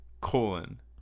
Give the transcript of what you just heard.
colon